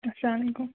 السَّلامُ علیکم